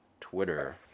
Twitter